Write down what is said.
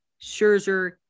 Scherzer